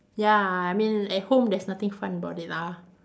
ya I mean at home there's nothing fun about it lah